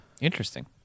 Interesting